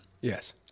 yes